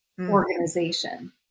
organization